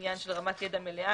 עניין של רמת ידע מלאה,